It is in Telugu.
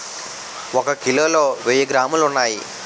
ఒక కిలోలో వెయ్యి గ్రాములు ఉన్నాయి